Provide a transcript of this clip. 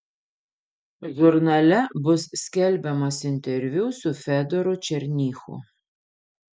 žurnale bus skelbiamas interviu su fedoru černychu